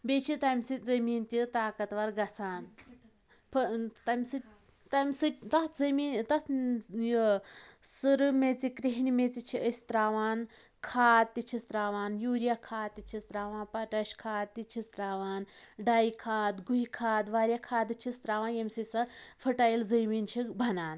بیٚیہِ چھِ تمہِ سۭتۍ زٔمیٖن تہِ طاقتوَر گژھان پہ تَمہِ سۭتۍ تَمہِ سۭتۍ تَتھ زٔمیٖن تَتھ یہِ سُرٕ میٚژِ کرٛہنہِ میٚژِ چھِ أسۍ ترٛاوان کھاد تہِ چھِس ترٛاوان یوٗریا کھاد تہِ چھِس ترٛاوان پوٚٹیش کھاد تہِ چھِس ترٛاوان ڈَاے کھاد گُہہِ کھاد واریاہ کھادٕ چھِس ترٛاوان ییٚمہِ سۭتۍ سۄ فٔٹایل زٔمیٖن چھِ بَنان